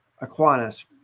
Aquinas